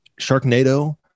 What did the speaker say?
Sharknado